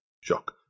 shock